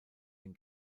den